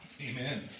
Amen